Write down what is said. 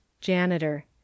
janitor